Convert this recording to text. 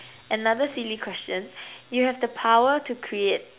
another silly question you have the power to create